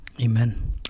Amen